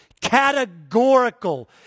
categorical